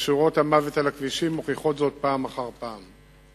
ושורות המוות על הכבישים מוכיחות זאת פעם אחר פעם.